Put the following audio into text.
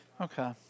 Okay